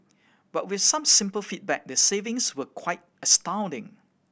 but with some simple feedback the savings were quite astounding